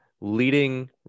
leading